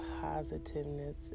positiveness